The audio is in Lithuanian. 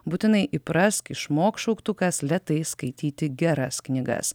būtinai įprask išmok šauktukas lėtai skaityti geras knygas